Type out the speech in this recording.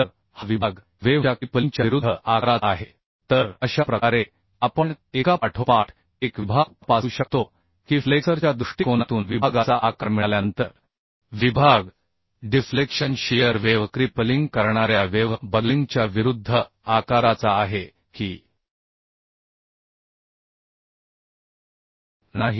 तर हा विभाग वेव्ह च्या क्रिपलिंग च्या विरुद्ध आकाराचा आहे तर अशा प्रकारे आपण एकापाठोपाठ एक विभाग तपासू शकतो की फ्लेक्सरच्या दृष्टिकोनातून विभागाचा आकार मिळाल्यानंतर विभाग डिफ्लेक्शन शियर वेव्ह क्रिपलिंग करणाऱ्या वेव्ह बकलिंगच्या विरुद्ध आकाराचा आहे की नाही